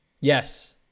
Yes